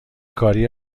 کاری